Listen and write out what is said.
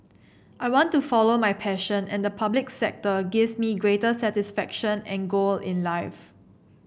I want to follow my passion and the public sector gives me greater satisfaction and goal in life